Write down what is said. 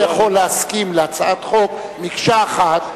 השר אמר, הוא לא יכול להסכים להצעת חוק כמקשה אחת.